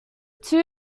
two